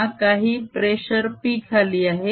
हा काही pressure p खाली आहे